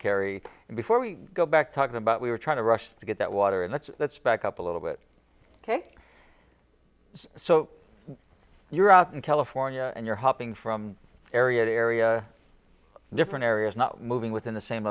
and before we go back talking about we were trying to rush to get that water in let's let's back up a little bit ok so you're out in california and you're hopping from area to area different areas not moving within the same